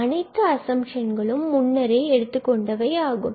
அனைத்து அசம்ப்ஷன்களும் நாம் முன்னரே எடுத்துக் கொண்டவை ஆகும்